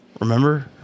Remember